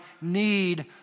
need